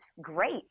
great